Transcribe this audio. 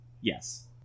yes